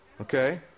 Okay